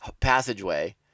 passageway